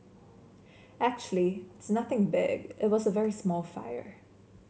actually it's nothing big it was a very small fire